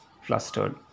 flustered